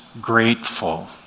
grateful